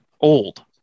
old